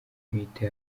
ntwite